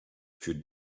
für